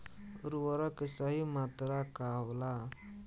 उर्वरक के सही मात्रा का होला?